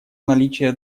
наличие